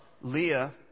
Leah